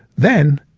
then,